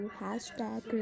hashtag